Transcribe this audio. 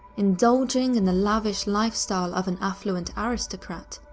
indulging in the lavish lifestyle of an affluent aristocrat,